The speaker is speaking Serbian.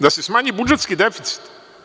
Da se smanji budžetski deficit?